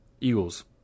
Eagles